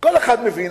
כל אחד מבין.